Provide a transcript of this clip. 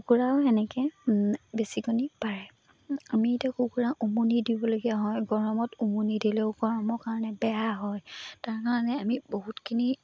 কুকুৰাও এনেকৈ বেছি কণী পাৰে আমি এতিয়া কুকুৰা উমনি দিবলগীয়া হয় গৰমত উমনি দিলেও গৰমৰ কাৰণে বেয়া হয় তাৰ কাৰণে আমি বহুতখিনি